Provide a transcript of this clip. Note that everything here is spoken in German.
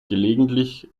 gelegentlich